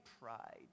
pride